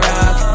Rock